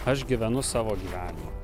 aš gyvenu savo gyvenimą